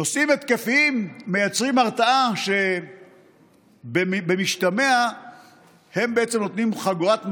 נושאים התקפיים מייצרים הרתעה שבמשתמע הם בעצם נותנים חגורת מגן,